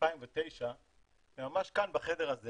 2009 וממש כאן בחדר הזה